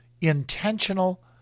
intentional